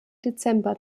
dezember